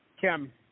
Kim